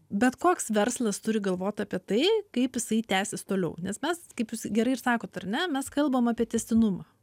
bet koks verslas turi galvot apie tai kaip jisai tęsis toliau nes mes kaip jūs gerai ir sakot ar ne mes kalbam apie tęstinumą